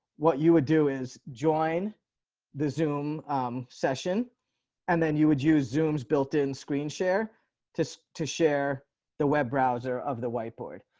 what you would do is join the zoom session and then you would use zooms built in screen share to so to share the web browser of the whiteboard.